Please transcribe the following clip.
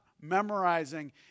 memorizing